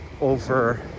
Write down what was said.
over